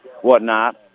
whatnot